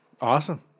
Awesome